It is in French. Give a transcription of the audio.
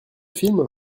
film